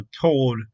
told